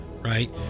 right